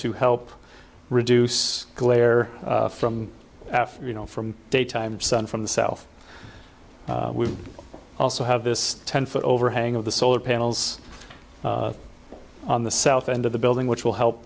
to help reduce glare from after you know from daytime sun from the south we also have this ten foot overhang of the solar panels on the south end of the building which will help